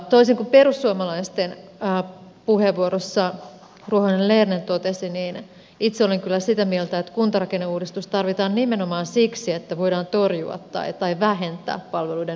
toisin kuin perussuomalaisten puheenvuorossa ruohonen lerner totesi niin itse olen kyllä sitä mieltä että kuntarakenneuudistus tarvitaan nimenomaan siksi että voidaan torjua tai vähentää palveluiden yksityistämistä